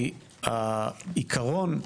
כי העקרון,